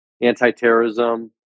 anti-terrorism